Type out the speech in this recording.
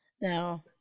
now